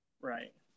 Right